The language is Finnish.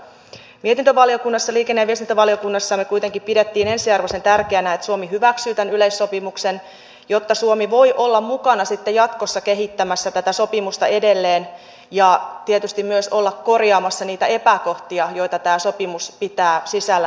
mietintövaliokunnassa liikenne ja viestintävaliokunnassa me kuitenkin pidimme ensiarvoisen tärkeänä että suomi hyväksyy tämän yleissopimuksen jotta suomi voi olla mukana sitten jatkossa kehittämässä tätä sopimusta edelleen ja tietysti myös olla korjaamassa niitä epäkohtia joita tämä sopimus pitää sisällään